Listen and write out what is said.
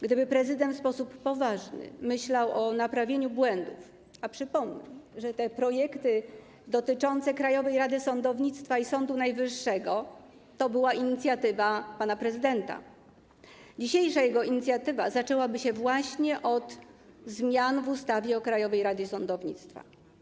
Gdyby prezydent w sposób poważny myślał o naprawieniu błędów - a przypomnę, że te projekty dotyczące Krajowej Rady Sądownictwa i Sądu Najwyższego to była inicjatywa pana prezydenta - to jego dzisiejsza inicjatywa zaczęłaby się właśnie od zmian w ustawie o Krajowej Radzie Sądownictwa.